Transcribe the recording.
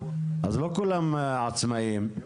אז לא כולם עצמאיים.